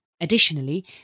Additionally